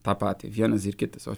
tą patį vienas ir kitas o